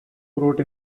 wrote